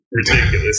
ridiculous